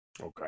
Okay